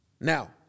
Now